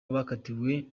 bakatiwe